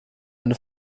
eine